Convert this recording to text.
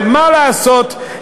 ומה לעשות,